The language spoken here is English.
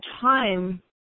time